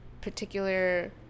particular